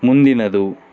ಮುಂದಿನದು